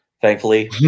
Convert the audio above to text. thankfully